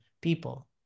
people